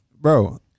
Bro